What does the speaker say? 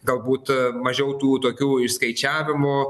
galbūt mažiau tų tokių išskaičiavimų